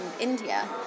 India